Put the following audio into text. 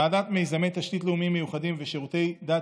ועדת מיזמי תשתית לאומיים מיוחדים ושירותי דת